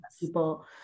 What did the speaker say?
people